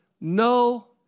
No